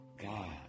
God